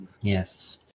Yes